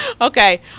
Okay